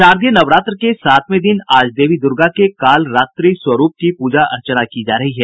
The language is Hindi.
शारदीय नवरात्र के सातवें दिन आज देवी दुर्गा के कालरात्रि स्वरूप की प्रजा अर्चना की जा रही है